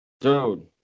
Dude